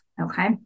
Okay